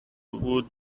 would